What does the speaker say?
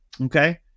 okay